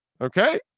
Okay